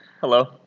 Hello